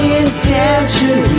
intention